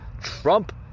Trump